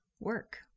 work